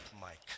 Mike